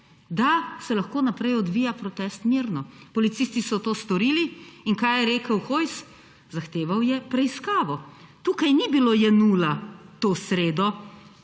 da se lahko naprej odvija protest mirno. Policisti so to storili. In kaj je rekel Hojs? Zahteval je preiskavo. Tukaj ni bilo Jenulla to sredo.